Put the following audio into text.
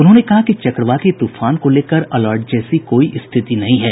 उन्होंने कहा कि चक्रवाती तूफान को लेकर अलर्ट जैसी कोई स्थिति नहीं है